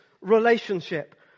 relationship